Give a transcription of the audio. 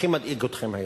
הכי מדאיג אתכם היום?